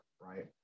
right